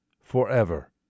forever